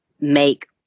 make